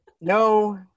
No